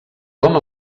com